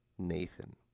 Nathan